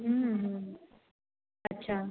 अच्छा